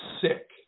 sick